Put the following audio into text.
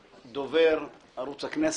דובר, ערוץ הכנסת.